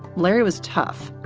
larry was tough,